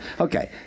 Okay